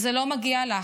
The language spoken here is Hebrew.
וזה לא מגיע לך.